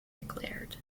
declared